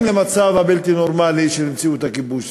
למצב הבלתי-נורמלי של מציאות הכיבוש.